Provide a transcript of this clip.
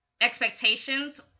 expectations